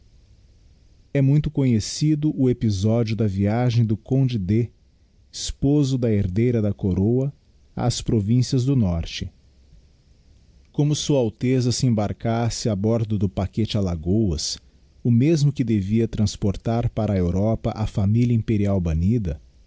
e muito conhecido o episodio da viagem do conde d'eu esposo da herdeira da coroa ás províncias do norte como sua alteza se embarcasse á bordo do paquete alagoas o mesmo que devia transportar para a europa a famiha imperial banida